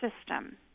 system